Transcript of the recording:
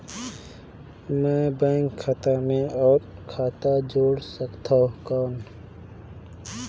मैं बैंक खाता मे और खाता जोड़ सकथव कौन?